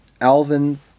Alvin